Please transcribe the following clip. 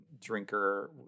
drinker